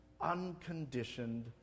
unconditioned